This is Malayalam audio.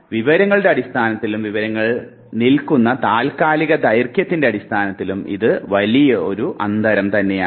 അതിനാൽ വിവരങ്ങളുടെ അടിസ്ഥാനത്തിലും വിവരങ്ങൾ നിൽക്കുന്ന താത്കാലിക ദൈർഘ്യത്തിൻറെ അടിസ്ഥാനത്തിലും ഇത് വലിയൊരു അന്തരം തന്നെയാണ്